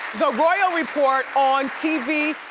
the royal report, on tv,